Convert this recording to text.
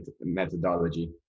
methodology